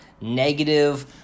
negative